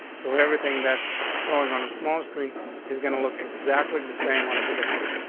so everything that's showing on the small screen is gonna look exactly and the same on a bigger screen.